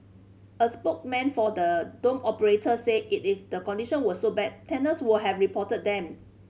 a spokesman for the dorm operator said it if the condition were so bad tenants would have reported them